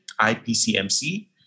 IPCMC